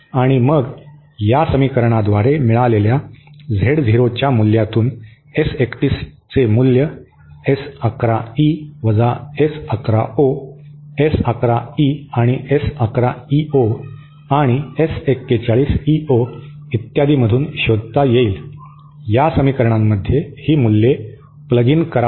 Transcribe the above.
आणि मग या समीकरणाद्वारे मिळालेल्या Z0 च्या मूल्यातून एस 31 याचे मूल्य S 11 E S 11 O S 11 E आणि एस 11 ईओ आणि एस 41 इओ इत्यादीमधून शोधता येईल या समीकरणांमध्ये ही मूल्ये प्लग इन करावीत